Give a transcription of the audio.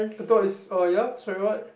I thought is uh ya sorry what